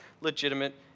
legitimate